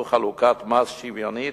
הזו חלוקת מס שוויונית?